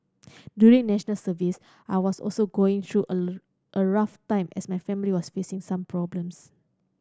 during National Service I was also going through a rough time as my family was facing some problems